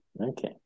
Okay